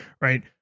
right